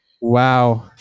Wow